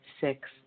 six